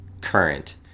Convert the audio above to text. current